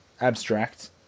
abstract